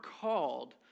called